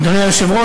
אדוני היושב-ראש,